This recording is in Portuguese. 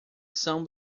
são